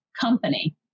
company